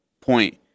point